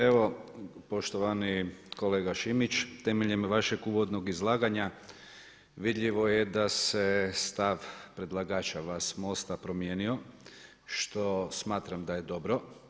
Evo, poštovani kolega Šimić, temeljem vašeg uvodnog izlaganja vidljivo je da se stav predlagača vas MOST-a promijenio što smatram da je dobro.